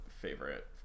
favorite